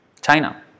China